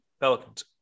Pelicans